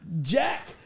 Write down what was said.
Jack